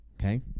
Okay